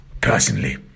personally